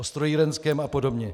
O strojírenském a podobně.